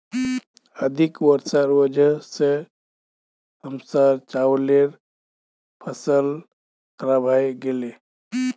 अधिक वर्षार वजह स हमसार चावलेर फसल खराब हइ गेले